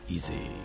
Easy